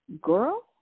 Girl